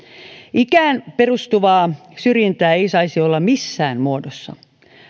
ikään perustuvaa syrjintää ei saisi olla missään muodossa